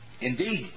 Indeed